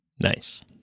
Nice